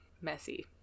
messy